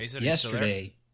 yesterday